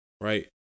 right